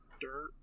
dirt